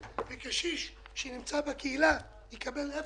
זו ואילו קשיש שנמצא בקהילה יקבל אפס.